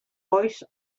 voice